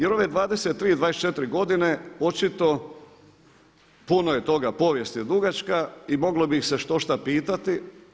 Jer ove 23, 24 godine očito puno je toga, povijest je dugačka i moglo bi ih se štošta pitati.